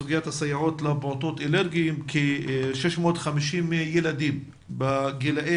סוגיית סייעות לפעוטות אלרגיים כ-650 ילדים בגילאי